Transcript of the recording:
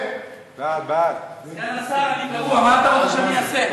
סגן השר, מה אתה רוצה שאני אעשה?